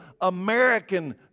American